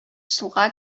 суга